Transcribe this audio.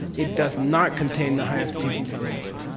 it does not contain the highest teachings on emptiness.